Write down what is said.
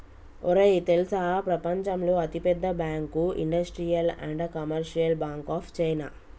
ఒరేయ్ తెల్సా ప్రపంచంలో అతి పెద్ద bank industrial and commercial bank of China